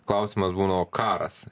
klausimas būna o karas